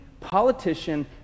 politician